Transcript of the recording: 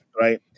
right